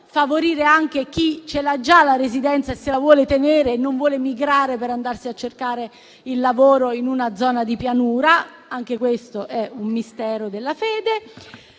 e non anche chi ce l'ha già, se la vuole tenere e non vuole migrare per andare a cercare il lavoro in una zona di pianura; anche questo è un mistero della fede.